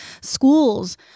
schools